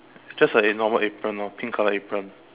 just a in normal apron orh pink colour apron